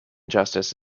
justice